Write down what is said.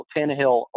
Tannehill